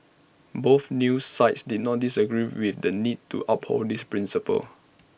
both news sites did not disagree with the need to uphold this principle